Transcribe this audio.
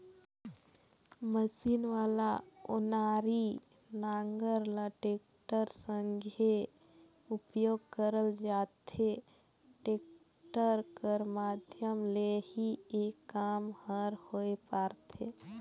machine वाला ओनारी नांगर ल टेक्टर संघे उपियोग करल जाथे, टेक्टर कर माध्यम ले ही ए काम हर होए पारथे